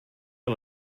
que